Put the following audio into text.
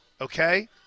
okay